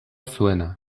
zuena